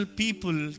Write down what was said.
people